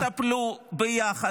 תטפלו יחד.